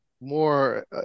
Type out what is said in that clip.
more